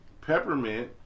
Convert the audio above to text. peppermint